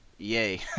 Yay